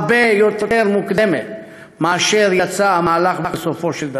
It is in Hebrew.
הרבה יותר מוקדמת מאשר יצא המהלך בסופו של דבר.